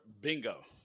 Bingo